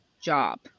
job